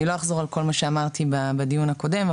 לא אחזור על כל מה שאמרתי בדיון הקודם,